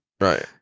Right